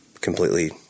completely